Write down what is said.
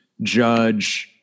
Judge